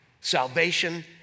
salvation